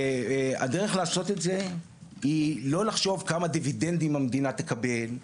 והדרך לעשות את זה היא לא לחשוב כמה דיווידנדים המדינה תקבל,